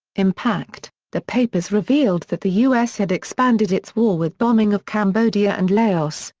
impact the papers revealed that the u s. had expanded its war with bombing of cambodia and laos,